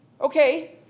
Okay